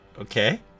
Okay